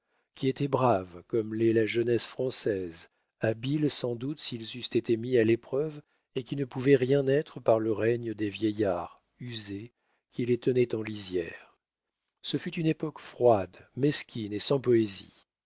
qui étaient braves comme l'est la jeunesse française habiles sans doute s'ils eussent été mis à l'épreuve et qui ne pouvaient rien être par le règne des vieillards usés qui les tenaient en lisière ce fut une époque froide mesquine et sans poésie